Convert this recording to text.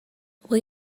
will